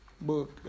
book